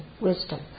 wisdom